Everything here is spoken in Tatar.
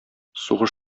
сугыш